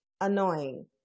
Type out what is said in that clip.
annoying